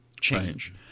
change